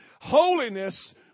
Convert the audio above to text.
holiness